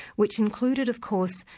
which included, of course,